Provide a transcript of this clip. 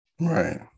Right